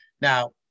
Now